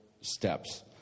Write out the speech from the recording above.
steps